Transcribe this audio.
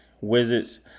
Wizards